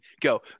go